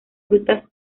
frutas